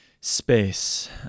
space